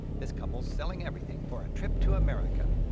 this couple's selling everything for a trip to america.